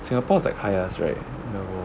singapore is like highest right in the world